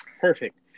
Perfect